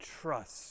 trust